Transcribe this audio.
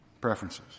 preferences